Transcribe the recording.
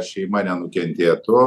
šeima nenukentėtų